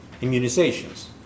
immunizations